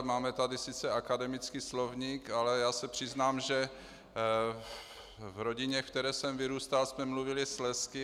Máme tady sice akademický slovník, ale já se přiznám, že v rodině, ve které jsem vyrůstal, jsme mluvili slezsky.